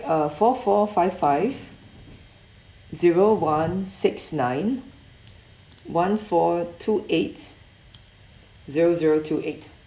uh four four five five zero one six nine one four two eight zero zero two eight